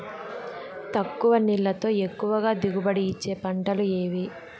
తక్కువ నీళ్లతో ఎక్కువగా దిగుబడి ఇచ్చే పంటలు ఏవి?